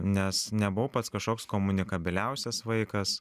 nes nebuvau pats kažkoks komunikabiliausias vaikas